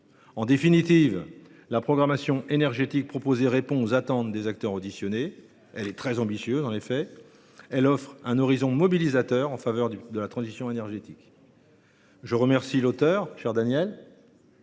En définitive, la programmation énergétique proposée répond aux attentes des acteurs auditionnés, elle est très ambitieuse et offre un horizon mobilisateur en faveur de la transition énergétique. Je tiens à remercier l’auteur de cette